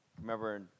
Remember